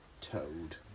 Toad